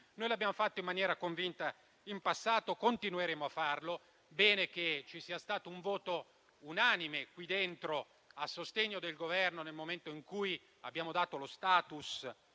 Noi l'abbiamo fatto in maniera convinta in passato e continueremo a farlo. Bene quindi che ci sia stato un voto unanime qui dentro a sostegno del Governo, nel momento in cui abbiamo dato lo *status*